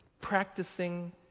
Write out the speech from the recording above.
practicing